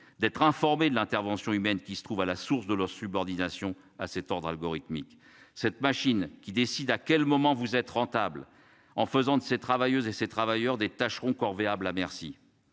d'être informé de l'intervention humaine qui se trouve à la source de la subordination à cet ordre algorithmique cette machine qui décide à quel moment vous êtes rentable en faisant de ces travailleuses et ces travailleurs des tâcherons corvéables à merci.